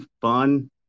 fun